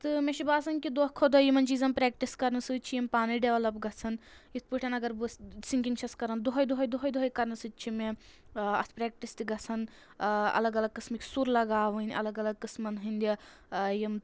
تہٕ مےٚ چھُ باسان کہِ دۄہ کھۄتہٕ دۄہ یِمَن چیٖزَن پرٛیٚکٹِس کَرنہٕ سۭتۍ چھِ یِم پانٔے ڈیٚولَپ گژھان یِتھ پٲٹھۍ اگر بہٕ سِنٛگِنٛگ چھیٚس کَران دۄہے دۄہے دۄہے دۄہے کَرنہٕ سۭتۍ چھِ مےٚ ٲں اَتھ پرٛیٚکٹِس تہِ گژھان ٲں الگ الگ قٕسمٕکۍ سُر لگاوٕنۍ الگ الگ قٕسمَن ہنٛدۍ ٲں یِم